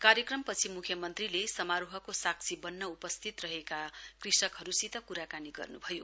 कार्यक्रमपछि मुख्यमन्त्रीले समारोहको साक्षी बन्न उपस्थित रहेका कृषकहरूसित क्राकानी गर्नुभयो